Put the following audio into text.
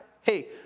hey